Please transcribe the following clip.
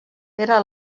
era